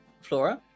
Flora